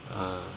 ah